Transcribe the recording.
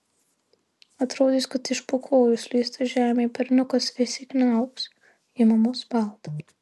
atrodys kad iš po kojų slysta žemė berniukas įsikniaubs į mamos paltą